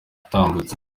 yatambutse